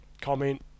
Comment